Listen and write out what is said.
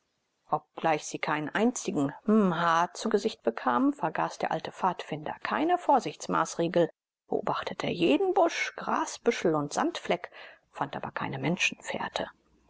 obgleich sie keinen einzigen mha zu gesicht bekamen vergaß der alte pfadfinder keine vorsichtsmaßregel beobachtete jeden busch grasbüschel und sandfleck fand aber keine